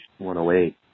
108